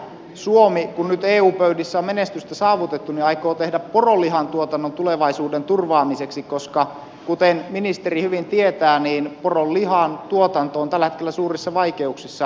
mitä suomi kun nyt eu pöydissä on menestystä saavutettu aikoo tehdä poronlihantuotannon tulevaisuuden turvaamiseksi koska kuten ministeri hyvin tietää poronlihantuotanto on tällä hetkellä suurissa vaikeuksissa